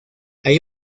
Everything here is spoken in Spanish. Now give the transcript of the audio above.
ahí